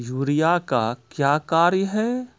Urea का क्या कार्य हैं?